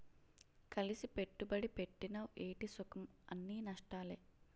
కలిసి పెట్టుబడి పెట్టినవ్ ఏటి సుఖంఅన్నీ నష్టాలే